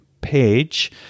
page